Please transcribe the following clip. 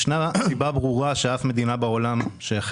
עשינו סקר בקרב 500 משתתפים שבו ראינו שהצריכה